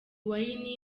wayne